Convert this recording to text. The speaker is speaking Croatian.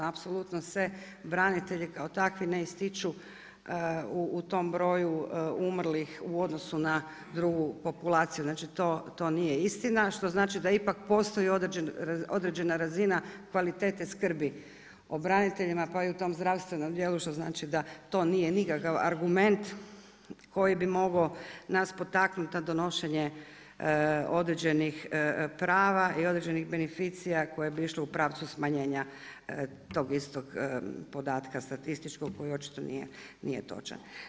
Apsolutno se branitelji kao takvi ne ističu u tom broju umrlih u odnosu na drugu populaciju, znači to nije istina što znači da ipak postoji određena razina kvalitete skrbi o braniteljima pa i u tom zdravstvenom dijelu što znači da to nije nikakav argument koji bi mogao nas potaknuti na donošenje određenih prava i određenih beneficija koje bi išle u pravcu smanjenja tog istog podatka statističkog koji očito nije točan.